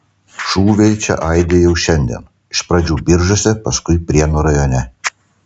šūviai čia aidi jau šiandien iš pradžių biržuose paskui prienų rajone